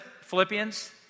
Philippians